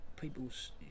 People's